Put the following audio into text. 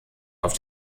auf